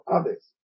others